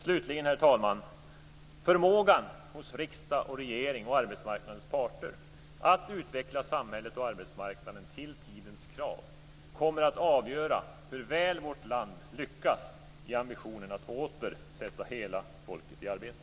Slutligen, herr talman: Förmågan hos riksdag, regering och arbetsmarknadens parter att utveckla samhället och arbetsmarknaden till att svara mot tidens krav kommer att avgöra hur väl vårt land lyckas i ambitionen att åter sätta hela folket i arbete.